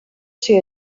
ser